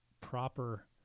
proper